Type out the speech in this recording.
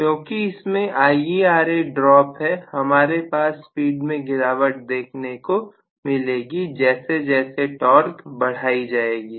क्योंकि इसमें IaRa drop है हमारे पास स्पीड में गिरावट देखने को मिलेगी जैसे जैसे टॉर्क बढ़ाई जाएगी